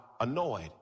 annoyed